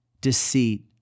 deceit